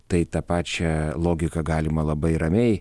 tai tą pačią logiką galima labai ramiai